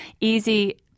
easy